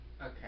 Okay